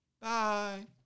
Bye